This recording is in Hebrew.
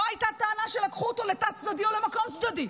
לא הייתה טענה שלקחו אותו לתא צדדי או למקום צדדי.